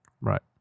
Right